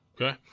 Okay